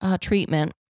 treatment